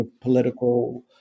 political